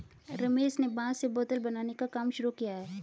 रमेश ने बांस से बोतल बनाने का काम शुरू किया है